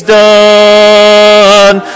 done